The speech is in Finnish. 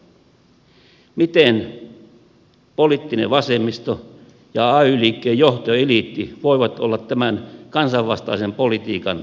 miten poliittinen vasemmisto ja ay liikkeen johtoeliitti voivat olla tämän kansanvastaisen politiikan vastuunkantajina